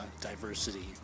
diversity